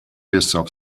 yourself